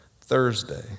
Thursday